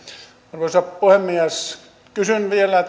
arvoisa puhemies kysyn vielä